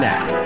Now